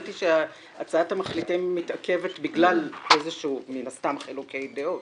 הבנתי שהצעת המחליטים מתעכבת בגלל מן הסתם חילוקי דעות.